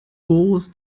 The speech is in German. groß